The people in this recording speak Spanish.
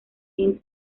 sean